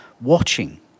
watching